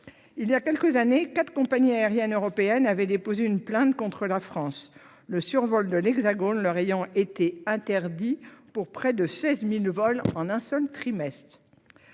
Il y a quelques années, quatre compagnies aériennes européennes ont déposé une plainte contre la France, le survol de l'Hexagone leur ayant été interdit pour près de seize mille vols en un seul trimestre.